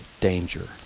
danger